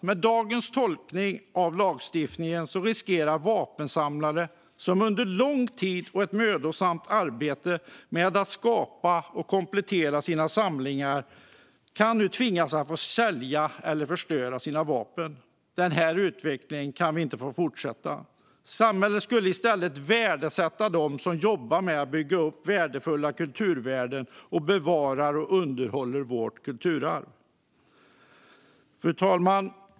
Med dagens tolkning av lagstiftningen riskerar vapensamlare som under lång tid med ett mödosamt arbete skapat och kompletterat sina samlingar att tvingas sälja eller förstöra sina vapen. Den här utvecklingen kan inte få fortsätta. Samhället skulle i stället värdesätta dem som jobbar med att bygga upp värdefulla kulturvärden och bevarar och underhåller vårt kulturarv. Fru talman!